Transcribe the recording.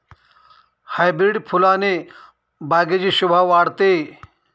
hybrid फुलाने बागेची शोभा वाढते